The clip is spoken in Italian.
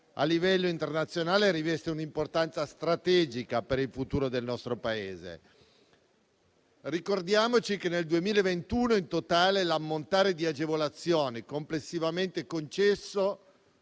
a livello internazionale, riveste un'importanza strategica per il futuro del nostro Paese. Ricordiamoci che nel 2021 l'ammontare delle agevolazioni complessivamente concesse,